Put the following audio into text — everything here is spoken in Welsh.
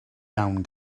iawn